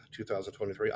2023